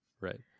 Right